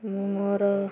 ମୁଁ ମୋର